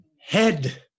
Head